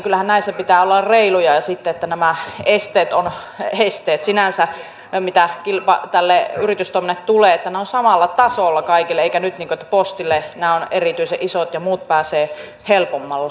kyllähän näissä sitten pitää olla reiluja että sinänsä nämä esteet mitä tälle yritystoiminnalle tulee ovat samalla tasolla kaikille eivätkä niin kuin nyt että postille nämä ovat erityisen isot ja muut pääsevät helpommalla